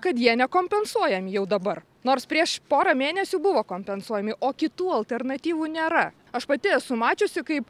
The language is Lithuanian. kad jie nekompensuojami jau dabar nors prieš porą mėnesių buvo kompensuojami o kitų alternatyvų nėra aš pati esu mačiusi kaip